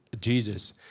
Jesus